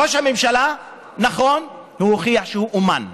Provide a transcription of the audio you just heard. ראש הממשלה, נכון, הוכיח שהוא אומן,